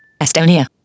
Estonia